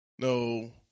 no